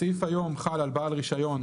הסעיף היום חל על בעל רישיון,